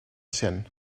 cent